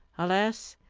alas!